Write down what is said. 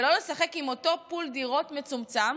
ולא לשחק עם אותו פול דירות מצומצם.